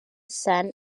san